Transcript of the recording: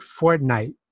Fortnite